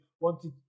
Wanted